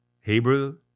Hebrew